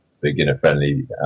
beginner-friendly